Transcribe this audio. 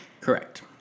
Correct